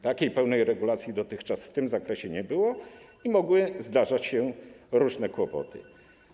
Takiej pełnej regulacji dotychczas w tym zakresie nie było i mogły zdarzać się różne kłopoty.